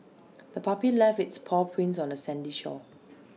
the puppy left its paw prints on the sandy shore